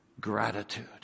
gratitude